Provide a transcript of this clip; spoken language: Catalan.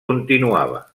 continuava